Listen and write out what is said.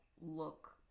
look